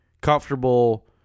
comfortable